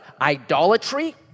idolatry